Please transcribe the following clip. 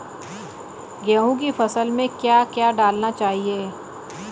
गेहूँ की फसल में क्या क्या डालना चाहिए?